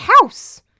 house